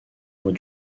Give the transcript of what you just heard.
mois